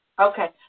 Okay